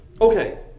Okay